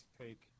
take